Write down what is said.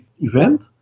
event